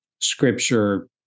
Scripture